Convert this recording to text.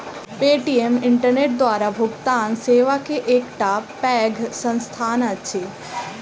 Paytm internet द्वारा भुगतान सेवा के एकटा पैघ संस्थान अछि